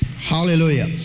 Hallelujah